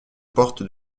portes